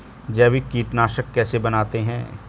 जैविक कीटनाशक कैसे बनाते हैं?